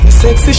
sexy